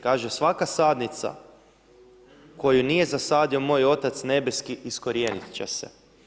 Kaže: svaka sadnica koju nije zasadio moj Otac nebeski, iskorijenit će se.